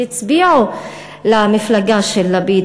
שהצביעו למפלגה של לפיד,